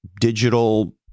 digital